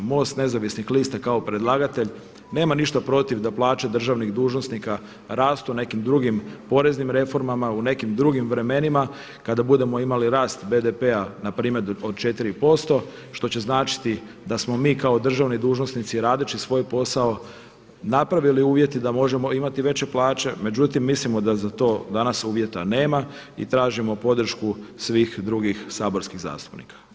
MOST Nezavisnih lista kao predlagatelj nema ništa protiv da plaće državnih dužnosnika rastu nekim drugim poreznim reformama, u nekim drugim vremenima kada budemo imali rast BDP-a npr. od 4% što će značiti da smo mi kao državni dužnosnici radeći svoj posao napravili uvjete da možemo imati veće plaće, međutim mislimo da za to danas uvjeta nema i tražimo podršku svih drugih saborskih zastupnika.